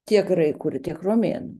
tiek graikų ir tiek romėnų